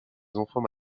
enfants